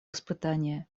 испытания